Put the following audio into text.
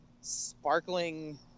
sparkling